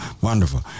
Wonderful